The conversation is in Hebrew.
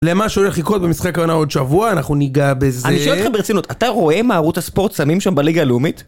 למה שהולך לקרות במשחק העונה עוד שבוע, אנחנו ניגע בזה. אני שואל אותך ברצינות, אתה רואה מה ערוץ הספורט שמים שם בליגה הלאומית?